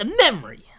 memory